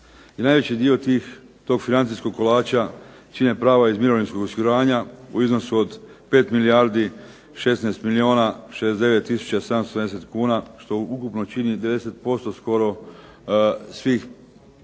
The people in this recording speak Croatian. najveći dio tog financijskog kolača čine prava iz mirovinskog osiguranja u iznosu od 5 milijardi 16 milijuna 69 tisuća 770 kuna što ukupno čini 10% skoro svih proračunskih